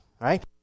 Right